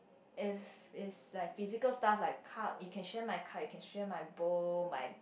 if it's like physical stuff like cup you can share my cup you can share my bowl my